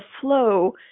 flow